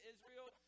Israel